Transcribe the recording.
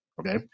Okay